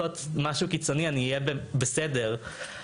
שזה משפט שגורם לי להרגיש קצת זקן אבל באותה